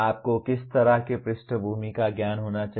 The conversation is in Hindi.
आपको किस तरह की पृष्ठभूमि का ज्ञान होना चाहिए